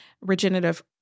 regenerative